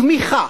תמיכה